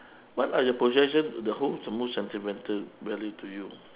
what are your possession the hold the most sentimental value to you